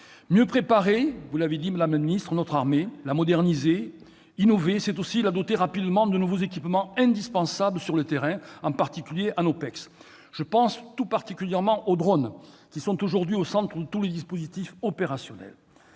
notre armée, vous l'avez dit, madame la ministre, la moderniser, innover, c'est aussi la doter rapidement des nouveaux équipements indispensables sur le terrain, en particulier en OPEX. Je pense tout particulièrement aux drones, qui sont aujourd'hui au centre de tous les dispositifs opérationnels.